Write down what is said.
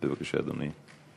בבקשה, אדוני.